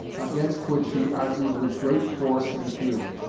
against which he argued with great force and feeling.